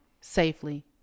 safely